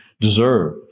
deserve